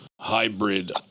hybrid